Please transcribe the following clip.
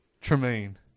Tremaine